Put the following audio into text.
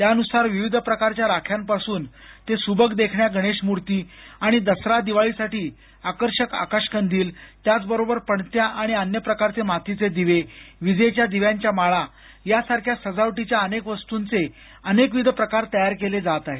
त्यानुसार विविध प्रकारच्या राख्यांपासून ते सुबक देखण्या गणेश मूर्ती आणि दसरा दिवाळीसाठी आकर्षक आकाशकंदील त्याचबरोबर पणत्या आणि अन्य प्रकारचे मातीचे दिवे विजेच्या दिव्यांच्या माळा यासारख्या सजावटीच्या अनेक वस्तूंचे विविध प्रकार तयार केले जात आहेत